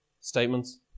Statements